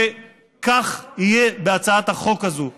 וכך יהיה בהצעת החוק הזאת.